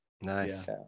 nice